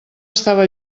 estava